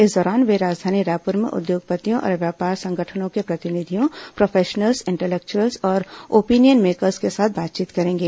इस दौरान वे राजधानी रायपुर में उद्योगपतियों और व्यापार संगठनों के प्रतिनिधियों प्रोफेशनल्स इंटलेक्व्अल्स और ओपिनियन मेकर्स के साथ बातचीत करेंगे